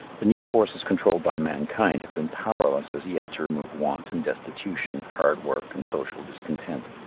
the new forces controlled by mankind have been powerless as yet to remove want and destitution, hard work and social discontent.